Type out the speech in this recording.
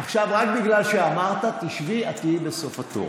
עכשיו רק בגלל שאמרת, תשבי, את תהיי בסוף התור.